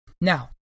Now